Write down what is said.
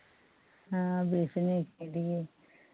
हाँ बेचने के लिए